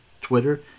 Twitter